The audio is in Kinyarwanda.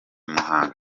muhanga